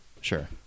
Sure